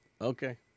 Okay